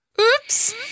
Oops